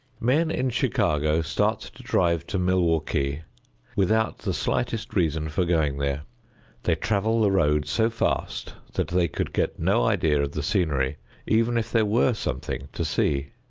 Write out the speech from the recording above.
men in chicago start to drive to milwaukee without the slightest reason for going there they travel the road so fast that they could get no idea of the scenery even if there were something to see.